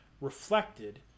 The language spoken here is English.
reflected